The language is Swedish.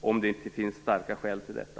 om det inte finns mycket starka skäl för detta.